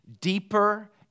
deeper